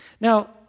Now